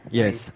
yes